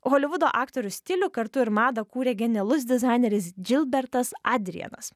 holivudo aktorių stilių kartu ir madą kūrė genialus dizaineris džilbertas adrianas